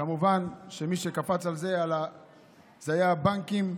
כמובן, שמי שקפץ על זה היו הבנקים.